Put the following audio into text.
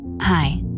Hi